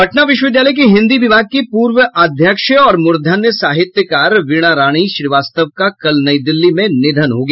पटना विश्वविद्यालय के हिन्दी विभाग की पूर्व अध्यक्ष और मूर्धन्य साहित्यकार वीणा रानी श्रीवास्तव का कल नई दिल्ली में निधन हो गया